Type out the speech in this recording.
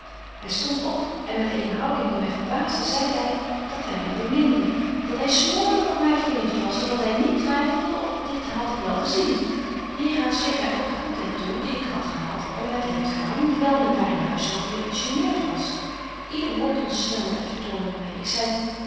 hy stondt op en met eene houding die my betje wolff en aagje deken historie van mejuffrouw sara burgerhart verbaasde zeide hy dat hy my beminde dat hy smoorlyk op my verlieft was en dat hy niet twyffelde of dit had ik wel gezien hier aan schreef hy ook de goedheid toe die ik had gehad om met hem te gaan dewyl men daar in huis zo gegeneert was yder woord ontstelde en vertoornde my ik zei